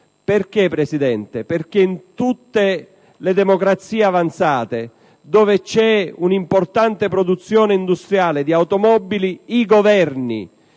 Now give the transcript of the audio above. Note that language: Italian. intervenisse perché in tutte le democrazie avanzate, dove c'è un'importante produzione industriale di automobili, i Governi